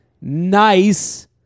nice